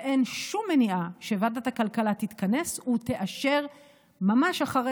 ואין שום מניעה שוועדת הכלכלה תתכנס ממש אחרי